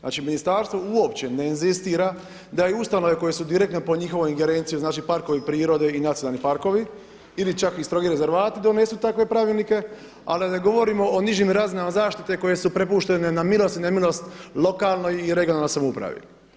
Znači, ministarstvo uopće ne inzistira da je ustanove koje su direktno pod njihovom ingerencijom znači parkovi prirode i nacionalni parkovi ili čak strogi rezervati donesu takve pravilnike, a da ne govorimo o nižim razinama zaštite koje su prepuštene na milost i nemilost lokalnoj i regionalnoj samoupravi.